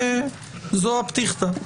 זו הפתיחתא.